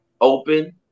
open